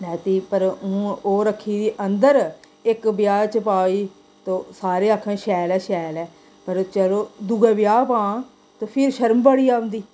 लैती पर हून ओह् रक्खी दी अंदर इक ब्याह् च पाई ते सारे आक्खन शैल ऐ शैल ऐ पर चलो दुए ब्याह् पा तां फिर शर्म बड़ी औंदी